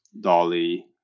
Dolly